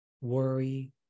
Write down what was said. worry